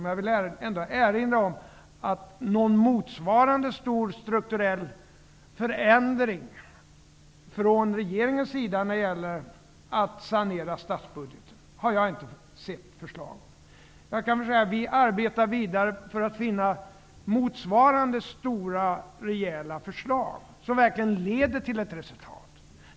Men jag vill ändå erinra om att någon motsvarande stor strukturell förändring för att sanera statsbudgeten har jag inte sett förslag om från regeringens sida. Vi arbetar vidare för att finna andra stora rejäla förslag som verkligen leder till resultat.